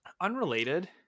Unrelated